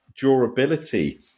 durability